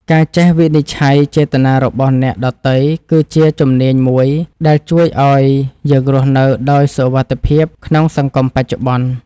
ការចេះវិនិច្ឆ័យចេតនារបស់អ្នកដទៃគឺជាជំនាញមួយដែលជួយឱ្យយើងរស់នៅដោយសុវត្ថិភាពក្នុងសង្គមបច្ចុប្បន្ន។